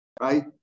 right